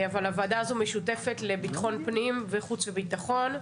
אבל הוועדה הזו משותפת לביטחון פנים והחוץ והביטחון.